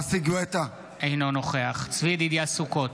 אינו נוכח צבי ידידיה סוכות,